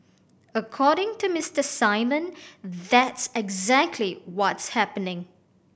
according to Mister Simon that's exactly what's happening